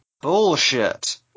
bullshit